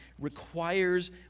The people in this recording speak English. requires